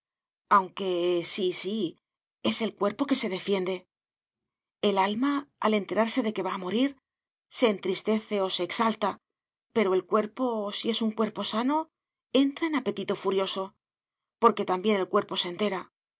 aunque sí sí es el cuerpo que se defiende el alma al enterarse de que va a morir se entristece o se exalta pero el cuerpo si es un cuerpo sano entra en apetito furioso porque también el cuerpo se entera